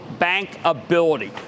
bankability